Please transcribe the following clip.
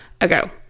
ago